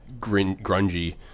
grungy